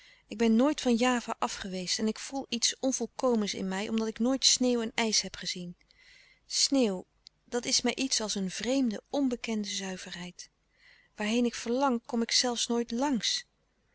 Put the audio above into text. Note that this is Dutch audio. ik ben nooit van java afgeweest en ik voel iets onvolkomens in mij omdat ik nooit sneeuw en ijs heb gezien sneeuw dat is mij iets als een vreemde onbekende zuiverheid waarheen ik verlang kom ik zelfs nooit langs